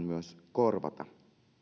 myös korvata